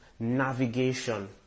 navigation